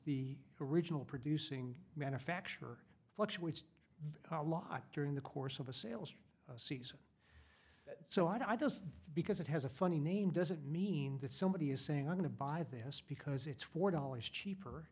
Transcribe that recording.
the original producing manufacture fluctuates a lot during the course of a sales season so i just because it has a funny name doesn't mean that somebody is saying i'm going to buy the house because it's four dollars cheaper